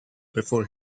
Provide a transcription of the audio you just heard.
before